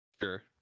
Sure